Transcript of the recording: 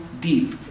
deep